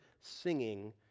singing